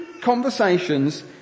conversations